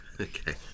Okay